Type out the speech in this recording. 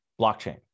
blockchain